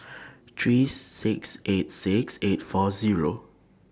three six eight six eight four Zero